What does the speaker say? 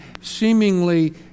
seemingly